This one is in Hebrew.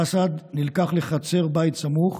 אסעד נלקח לחצר בית סמוך,